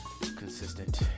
consistent